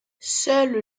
seule